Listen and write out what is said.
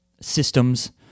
systems